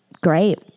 great